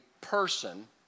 person